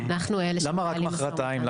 למה רק מחרתיים?